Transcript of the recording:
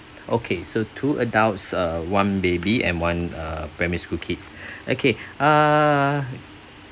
okay so two adults uh one baby and one uh primary school kids okay uh